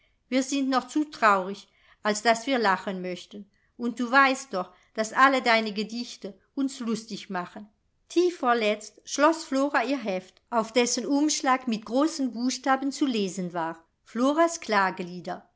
wir sind noch zu traurig als daß wir lachen möchten und du weißt doch daß alle deine gedichte uns lustig machen tief verletzt schloß flora ihr heft auf dessen umschlag mit großen buchstaben zu lesen stand floras klagelieder